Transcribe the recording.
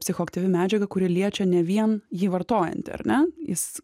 psichoaktyvi medžiaga kuri liečia ne vien jį vartojantį ar ne jis